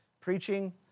Preaching